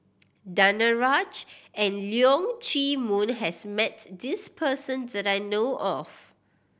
Danaraj and Leong Chee Mun has met this person that I know of